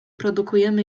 produkujemy